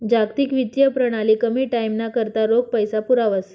जागतिक वित्तीय प्रणाली कमी टाईमना करता रोख पैसा पुरावस